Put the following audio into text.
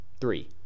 three